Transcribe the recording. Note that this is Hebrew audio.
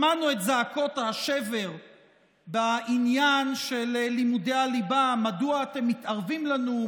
שמענו את זעקות השבר בעניין של לימודי הליבה: מדוע אתם מתערבים לנו?